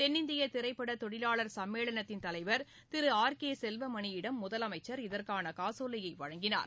தென்னிந்திய திரைப்பட தொழிலாளர் சம்மேளனத்தின் தலைவர் திரு ஆர் கே செல்வமணியிடம் முதலமைச்சர் இதற்கான காசோலையை வழங்கினார்